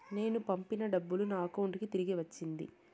నేను పంపిన డబ్బులు నా అకౌంటు కి తిరిగి వచ్చింది